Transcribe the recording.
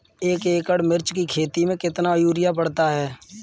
एक एकड़ मिर्च की खेती में कितना यूरिया पड़ता है?